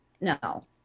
No